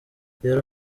rero